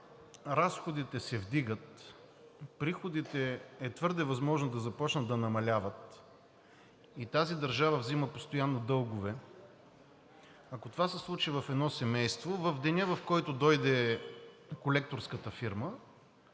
разходите се вдигат, приходите е твърде възможно да започнат да намаляват и тази държава взима постоянно дългове, а ако това се случи в едно семейство, в деня, в който дойде колекторската фирма,